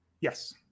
Yes